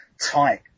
tight